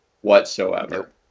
whatsoever